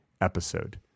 episode